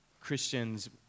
Christians